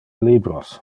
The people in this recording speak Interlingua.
libros